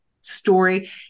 story